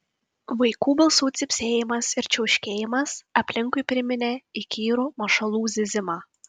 vaikų balsų cypsėjimas ir čiauškėjimas aplinkui priminė įkyrų mašalų zyzimą